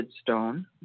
stone